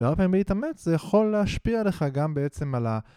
והרבה פעמים להתאמץ זה יכול להשפיע עליך גם בעצם על ה...